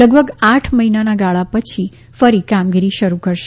લગભગ આઠ મહિનાના ગાળા પછી ફરી કામગીરી શરૂ કરશે